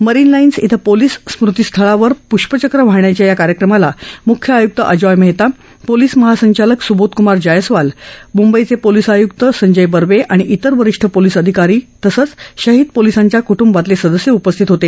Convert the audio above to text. marine Lines इथं police स्मृतीस्थळावर पृष्पचक्र वाहण्याच्या या कार्यक्रमाला मुख्य आयुक्त अजोय मेहता पोलीस महासंचालक सुबोधक्मार जैसवाल मुंबईचे ाेलीस आयुक्त संजय बर्वे आणि इतर वरिष्ठ पोलीस अधिकारी तसंच शहीद पोलीसांच्या कटंबातले सदस्य उपस्थित होते